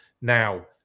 Now